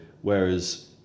whereas